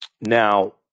Now